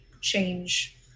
change